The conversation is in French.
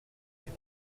puis